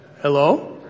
Hello